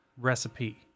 recipe